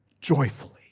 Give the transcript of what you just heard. Joyfully